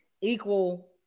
equal